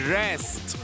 rest